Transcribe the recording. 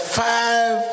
five